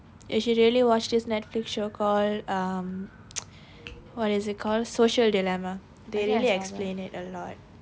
you should really watch this netflix show called um what is it called social dilemma they really explain it a lot